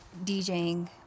DJing